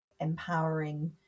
empowering